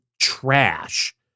trash